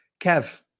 kev